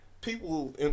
people